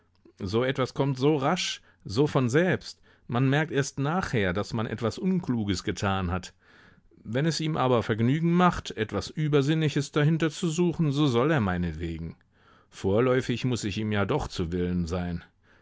so etwas kommt so rasch so von selbst man merkt erst nachher daß man etwas unkluges getan hat wenn es ihm aber vergnügen macht etwas übersinnliches dahinter zu suchen so soll er meinetwegen vorläufig muß ich ihm ja doch zu willen sein